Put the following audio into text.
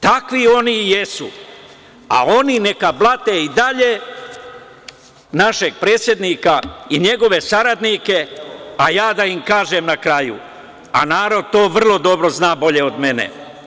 Takvi oni i jesu, a oni neka blate i dalje našeg predsednika i njegove saradnike, a ja da im kažem na kraju, a narod to vrlo dobro zna, bolje od mene.